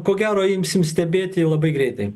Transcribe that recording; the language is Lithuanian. ko gero imsim stebėt jau labai greitai